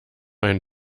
ein